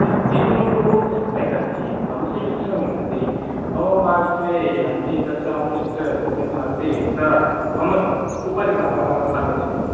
thirty two तु सम्यक् अस्ति मम सीट् सम्यक् अस्ति मम पार्श्वे या अस्ति तस्या सीट् सम्यक् नास्ति सा मम उपरि वारं वारम् आगच्छति